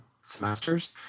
semesters